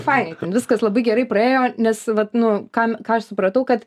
fainai ten viskas labai gerai praėjo nes vat nu kam ką aš supratau kad